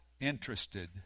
interested